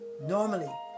Normally